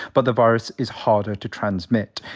but the virus is harder to transmit.